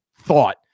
thought